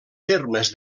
termes